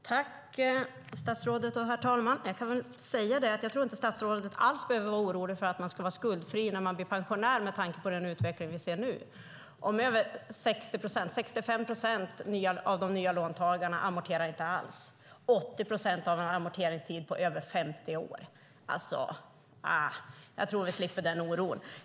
Herr talman! Tack, statsrådet! Jag kan väl säga att jag inte tror att statsrådet alls behöver vara orolig för att man ska vara skuldfri när man blir pensionär med tanke på den utveckling vi ser nu. Över 65 procent av de nya låntagarna amorterar inte alls, och 80 procent har en amorteringstid på över 50 år. Jag tror helt enkelt att vi slipper den oron.